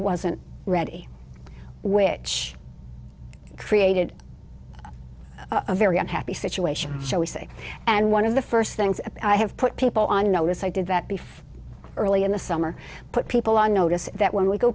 wasn't ready which created a very unhappy situation shall we say and one of the first things i have put people on notice i did that before early in the summer put people on notice that when we go